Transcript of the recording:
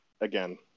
again